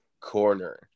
corner